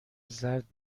زرد